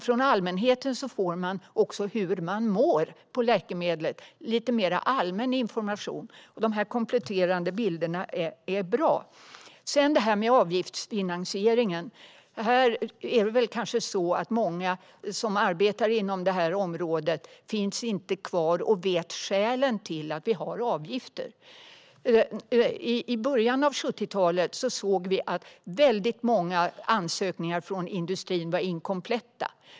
Från allmänheten kommer också information om hur användarna mår av läkemedlet, alltså lite mer allmän information. Det är bra med de här kompletterande bilderna. När det gäller avgiftsfinansieringen är det väl kanske så att många som har arbetat inom det här området och vet skälen till att vi har avgifter inte finns kvar där nu. I början av 70-talet såg vi att många ansökningar från industrin var inkompletta.